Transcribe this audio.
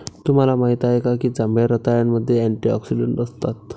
तुम्हाला माहित आहे का की जांभळ्या रताळ्यामध्ये अँटिऑक्सिडेंट असतात?